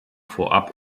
vorab